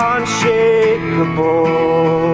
Unshakable